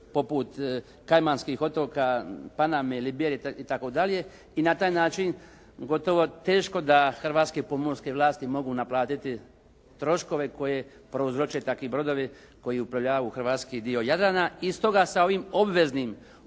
poput Kajmanskih otoka, Paname, Liberije itd. i na taj način gotovo teško da hrvatske pomorske vlasti mogu naplatiti troškove koje prouzroče takvi brodovi koji uplovljavaju u hrvatski dio Jadrana. I stoga sa ovim obveznim